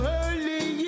early